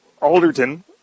Alderton